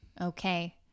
okay